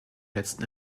letzten